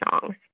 songs